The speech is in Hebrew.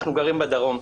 אנחנו גרים בדרום.